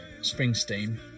springsteen